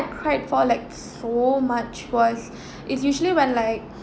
I cried for like so much was is usually when like